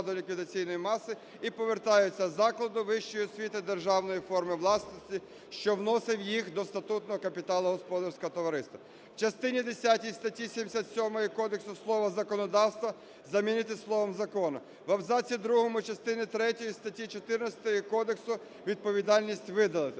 ліквідаційної маси і повертаються з закладу вищої освіти державної форми власності, що вносив їх до статутного капіталу господарського товариства". В частині десятій статті 77 кодексу слово "законодавства" замінити словом "закону". В абзаці другому частини третьої статті 14 кодексу "відповідальність" видалити.